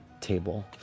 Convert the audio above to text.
table